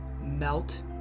melt